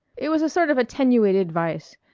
it was a sort of attenuated vice.